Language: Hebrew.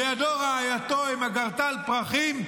לידו רעייתו עם אגרטל פרחים,